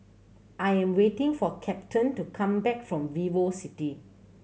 I am waiting for Captain to come back from VivoCity